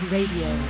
Radio